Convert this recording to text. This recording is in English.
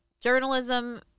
journalism